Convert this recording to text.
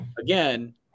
Again